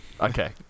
Okay